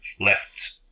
left